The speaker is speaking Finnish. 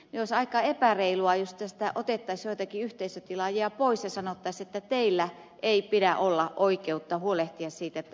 olisi aika epäreilua jos tästä otettaisiin joitakin yhteisötilaajia pois ja sanottaisiin että teillä ei pidä olla oikeutta huolehtia siitä että viestintäverkko toimii